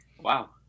wow